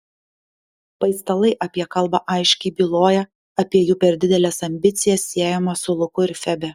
paistalai apie kalbą aiškiai byloja apie jų per dideles ambicijas siejamas su luku ir febe